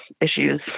issues